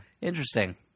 Interesting